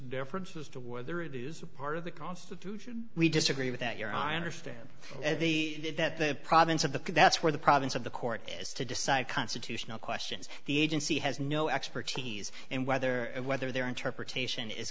difference as to whether it is a part of the constitution we disagree with that you're i understand the that the province of the that's where the province of the court is to decide constitutional questions the agency has no expertise and whether and whether their interpretation is